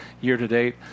year-to-date